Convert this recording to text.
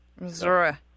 Missouri